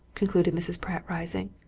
concluded mrs. pratt, rising,